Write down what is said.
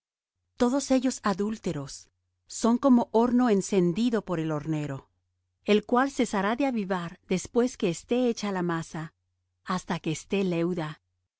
todos ellos adúlteros son como horno encendido por el hornero el cual cesará de avivar después que esté hecha la masa hasta que esté leuda